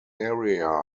area